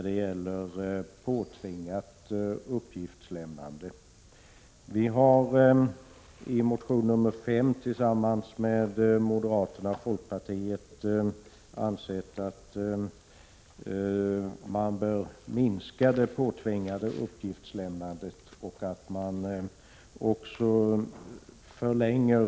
I reservation 5, bakom vilken står representanter för samtliga borgerliga partier, framhåller vi att det påtvingade uppgiftslämnandet bör få en mindre omfattning.